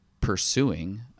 pursuing